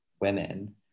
women